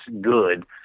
good